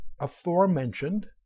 aforementioned